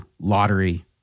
lottery